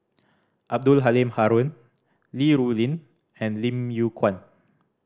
Abdul Halim Haron Li Rulin and Lim Yew Kuan